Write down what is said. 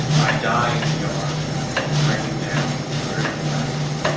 i die in the yard and drain down driven by rain.